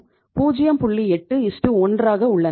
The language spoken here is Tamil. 81 ஆக உள்ளன